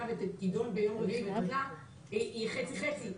ותידון ביום רביעי במליאה היא חצי-חצי.